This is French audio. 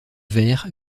vert